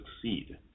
succeed